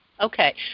Okay